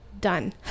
done